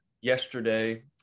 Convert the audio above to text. yesterday